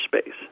space